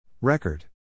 Record